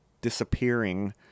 disappearing